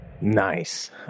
Nice